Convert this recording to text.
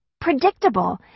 predictable